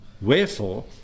Wherefore